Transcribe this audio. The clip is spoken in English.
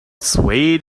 swayed